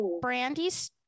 Brandy's